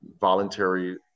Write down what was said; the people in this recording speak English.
voluntary